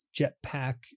jetpack